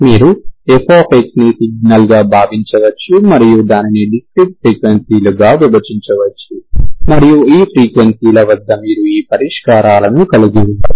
మీరు fని సిగ్నల్గా భావించవచ్చు మీరు దానిని డిస్క్రిట్ ఫ్రీక్వెన్సీ లుగా విభజించవచ్చు మరియు ఈ ఫ్రీక్వెన్సీల వద్ద మీరు ఈ పరిష్కారాలను కలిగి ఉండవచ్చు